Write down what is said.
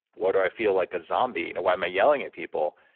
why do i feel like a zombie? and why am i yelling at people?